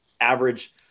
average